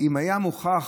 אם היה מוכח